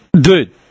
Dude